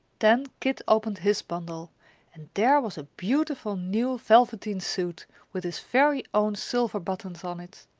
then kit opened his bundle and there was a beautiful new velveteen suit, with his very own silver buttons on it!